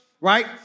right